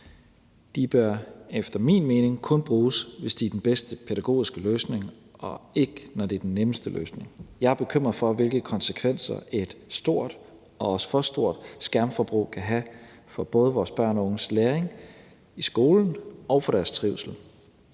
De bør efter min mening kun bruges, hvis det er den bedste pædagogiske løsning, og ikke, når det er den nemmeste løsning. Jeg er bekymret for, hvilke konsekvenser et stort, og også for stort, skærmforbrug kan have for både vores børn og unges læring i skolen og for deres trivsel.